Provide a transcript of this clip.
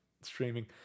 streaming